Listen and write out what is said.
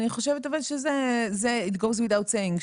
אני חושבת שזה It goes without saying ,